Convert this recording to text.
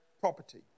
property